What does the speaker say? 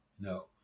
No